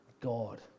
God